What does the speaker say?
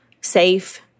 safe